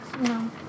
No